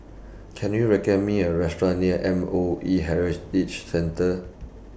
Can YOU recommend Me A Restaurant near M O E Heritage Centre